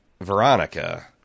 Veronica